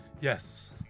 Yes